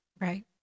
Right